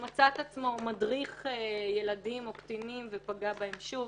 מצא את עצמו מדריך קטינים ופגע בהם שוב.